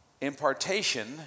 Impartation